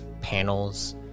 panels